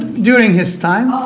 during his time.